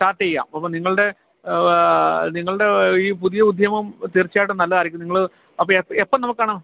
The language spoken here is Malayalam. സ്റ്റാർട്ട് ചെയ്യാം അപ്പം നിങ്ങളുടെ നിങ്ങളുടെ ഈ പുതിയ ഉദ്യമം തീർച്ചയായിട്ടും നല്ലതായിരിക്കും നിങ്ങൾ അപ്പം എപ്പം എപ്പം നമുക്ക് കാണാം